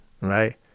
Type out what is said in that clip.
right